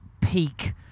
peak